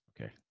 Okay